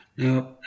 Now